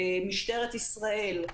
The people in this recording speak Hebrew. במשטרת ישראל,